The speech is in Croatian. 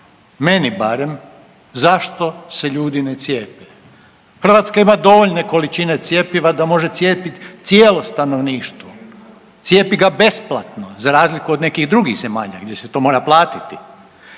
meni barem zašto se ljudi ne cijepe. Hrvatska ima dovoljne količine cjepiva da može cijepit cijelo stanovništvo, cijepi ga besplatno za razliku od nekih drugih zemalja gdje se to mora platiti.